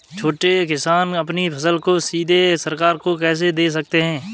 छोटे किसान अपनी फसल को सीधे सरकार को कैसे दे सकते हैं?